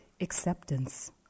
acceptance